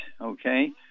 okay